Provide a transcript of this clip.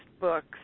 books